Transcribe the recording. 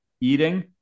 eating